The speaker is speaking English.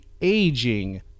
aging